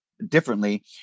Differently